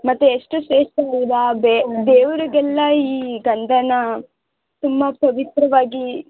ಮತ್ತು ಎಷ್ಟು ಶ್ರೇಷ್ಠ ದೇವರಿಗೆಲ್ಲ ಈ ಗಂಧನಾ ತುಂಬ ಪವಿತ್ರವಾಗಿ